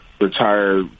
retire